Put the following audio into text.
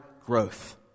growth